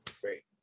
Great